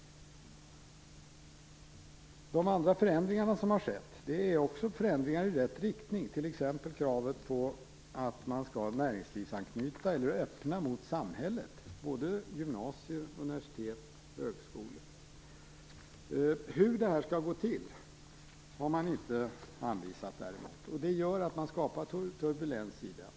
De andra förändringar som har skett är förändringar i rätt riktning, t.ex. kravet på att man skall ha näringslivsanknytning eller öppna mot samhället. Det gäller både gymnasier, universitet och högskolor. Hur det skall gå till har man däremot inte anvisat. Det gör att man skapar turbulens.